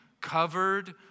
covered